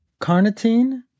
carnitine